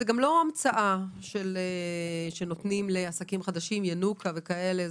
זאת לא המצאה שנותנים לעסקים חדשים ינוקא וכאלה.